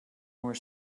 were